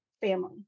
family